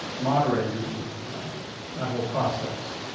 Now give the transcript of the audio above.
moderating and that whole process.